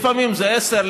לפעמים זה עשרה,